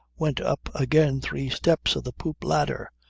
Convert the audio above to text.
went up again three steps of the poop ladder.